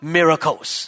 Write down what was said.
Miracles